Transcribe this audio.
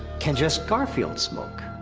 can just garfield smoke?